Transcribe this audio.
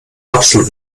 absolut